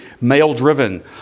male-driven